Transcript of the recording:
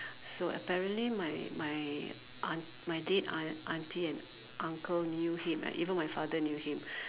so apparently my my aunt my dad aunt auntie and uncle knew him and even my father knew him